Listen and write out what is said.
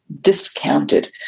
discounted